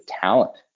talent